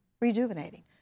Rejuvenating